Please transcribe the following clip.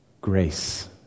grace